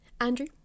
Andrew